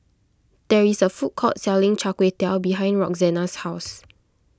there is a food court selling Char Kway Teow behind Roxanna's house